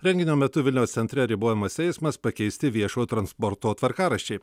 renginio metu vilniaus centre ribojamas eismas pakeisti viešojo transporto tvarkaraščiai